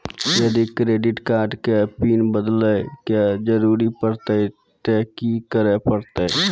यदि credit card के PIN बदले के जरूरी परतै ते की करे परतै?